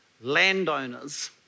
landowners